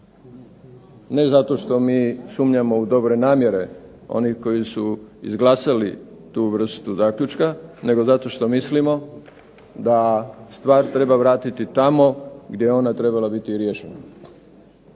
Ne zato što mi sumnjamo u dobre namjere onih koji su izglasali tu vrstu zaključka nego zato što mislimo da stvar treba vratiti tamo gdje je ona trebala biti riješena.